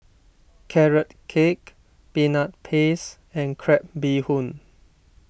Carrot Cake Peanut Paste and Crab Bee Hoon